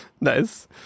nice